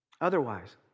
Otherwise